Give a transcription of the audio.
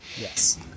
Yes